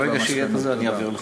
ברגע שיהיה את זה אעביר לך.